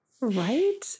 Right